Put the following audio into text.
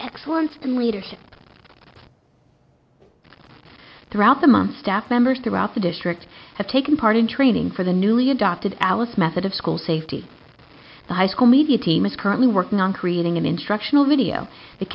excellence in leadership it's throughout the month staff members throughout the district have taken part in training for the newly adopted alice method of school safety the high school media team is currently working on creating an instructional video